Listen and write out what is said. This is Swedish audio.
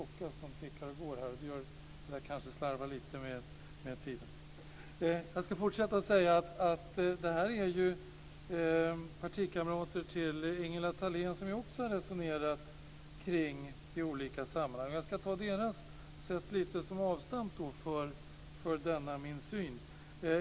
Partikamrater till Ingela Thalén har också resonerat kring detta i olika sammanhang. Jag ska ta deras synsätt som avstamp för denna min syn.